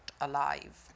alive